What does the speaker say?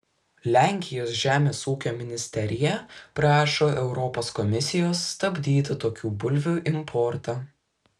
lenkijos žemės ūkio ministerija prašo europos komisijos stabdyti tokių bulvių importą